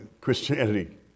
Christianity